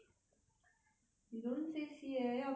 you don't say see eh 要 confirm 的